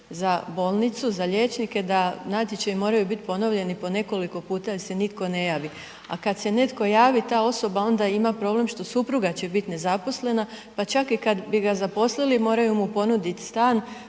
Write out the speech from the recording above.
za bolnicu, za liječnike, da natječaji moraju biti ponovljeni po nekoliko puta jer se nitko ne javi, a kad se netko javi, ta osoba onda ima problem što supruga će bit nezaposlena, pa čak i kad bi ga zaposlili moraju mu ponudit stan